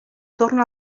torna